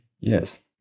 yes